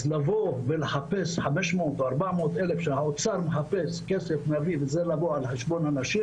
אז לבוא ולחפש 500 או 400 אלף שהאוצר מבקש לחסוך על חשבון הנשים